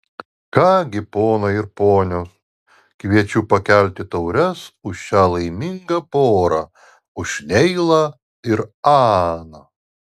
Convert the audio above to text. ką gi ponai ir ponios kviečiu pakelti taures už šią laimingą porą už neilą ir aną